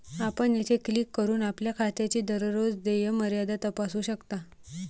आपण येथे क्लिक करून आपल्या खात्याची दररोज देय मर्यादा तपासू शकता